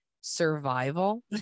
survival